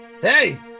Hey